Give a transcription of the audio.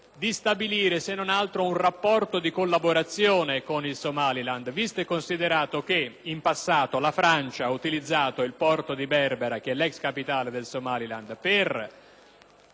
di stabilire se non altro un rapporto di collaborazione con il Somaliland, visto e considerato che in passato la Francia ha utilizzato il porto di Berbera, che ne è l'ex capitale, per stazionarvi